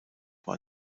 war